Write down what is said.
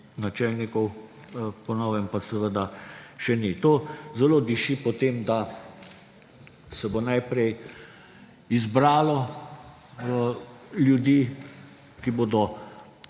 načelnikov po novem pa seveda še ni. To zelo diši po tem, da se bo najprej izbralo ljudi, ki bodo